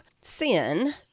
sin